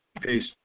Peace